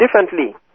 differently